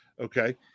Okay